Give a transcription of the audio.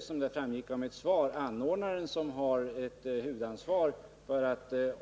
Som framgick av mitt svar är det anordnaren som har huvudansvaret.